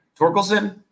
Torkelson